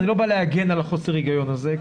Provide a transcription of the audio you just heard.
אני לא בא להגן על חוסר ההיגיון הזה.